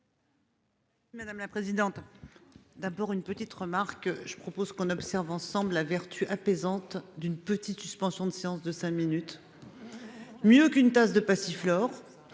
Madame la présidente. D'abord une petite remarque, je propose qu'on observe ensemble la vertu apaisante d'une petite suspension de séance de cinq minutes. Mieux qu'une tasse de passiflore.